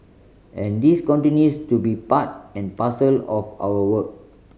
and this continues to be part and parcel of our work